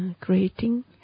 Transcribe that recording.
creating